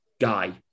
guy